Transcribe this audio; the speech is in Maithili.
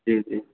जी जी